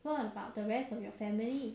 what about the rest of your family